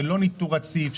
שזה לא ניטור רציף,